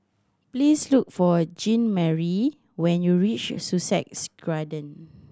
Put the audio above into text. please look for Jeanmarie when you reach Sussex